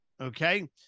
okay